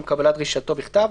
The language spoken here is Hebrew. עם קבלת דרישתו בכתב,